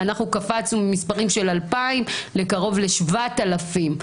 קפצנו ממספרים של 2,000 לקרוב ל-7,000.